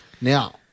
Now